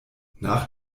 nach